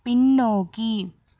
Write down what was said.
பின்னோக்கி